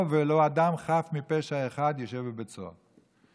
ולא אדם חף מפשע אחד יושב בבית הסוהר.